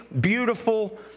beautiful